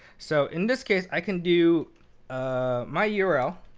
so, in this case, i can do ah my yeah url